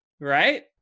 right